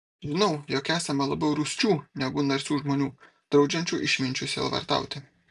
žinau jog esama labiau rūsčių negu narsių žmonių draudžiančių išminčiui sielvartauti